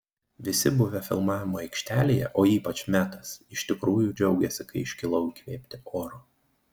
visi buvę filmavimo aikštelėje o ypač metas iš tikrųjų džiaugėsi kai iškilau įkvėpti oro